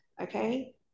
okay